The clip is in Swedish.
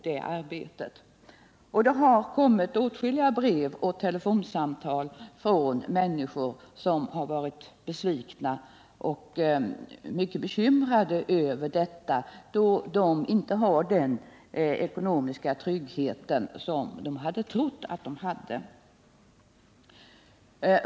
Det har kommit åtskilliga brev och telefonsamtal från människor som är mycket besvikna och bekymrade, eftersom det har visat sig att de inte har den ekonomiska trygghet som de trodde fanns.